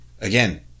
Again